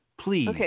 please